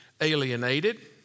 alienated